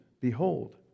behold